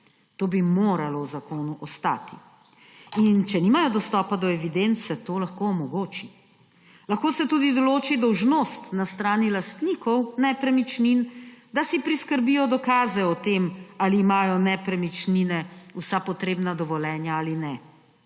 To bi moralo v zakonu ostati. In če nimajo dostopa do evidenc, se to lahko omogoči. Lahko se tudi določi dolžnost na strani lastnikov nepremičnin, da si priskrbijo dokaze o tem, ali imajo nepremičnine vsa potrebna dovoljenja ali ne.